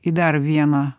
į dar vieną